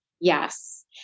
yes